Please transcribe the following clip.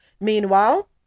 Meanwhile